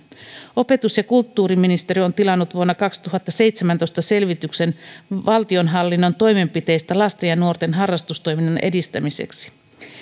opetus ja kulttuuriministeriö on tilannut vuonna kaksituhattaseitsemäntoista selvityksen valtionhallinnon toimenpiteistä lasten ja nuorten harrastustoiminnan edistämiseksi